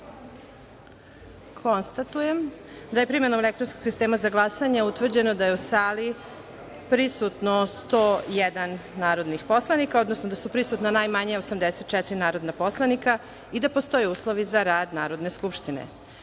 sistema. Konstatujem da je primenom elektronskog sistema za glasanje utvrđeno da je u sali prisutno 101 narodnih poslanika, odnosno da su prisutna najmanje 84 narodna poslanika i da postoje uslovi za rad Narodne skupštine. Da